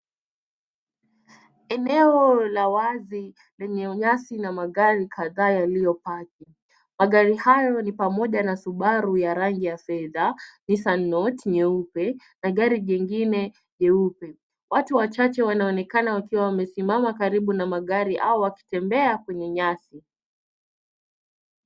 Eneo la wazi lenye nyasi na magari kadhaa yaliyopaki. Magari hayo ni pamoja na Subaru ya rangi ya fedha, Nissan Note nyeupe na gari jingine jeupe. Watu wachache wanaonekana wakiwa wamesimama karibu na magari au wakitembea kwenye nyasi.